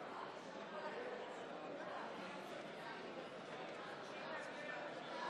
התוצאות: 56